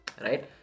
right